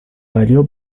valió